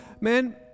Man